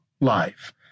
life